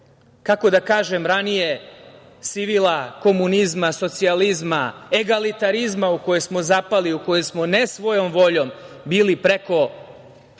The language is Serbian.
kako da kažem, ranije sivila komunizma, socijalizma, egalitarizma u koje smo zapali, u koje smo ne svojom voljom bili preko